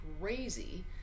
crazy